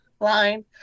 line